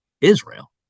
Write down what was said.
Israel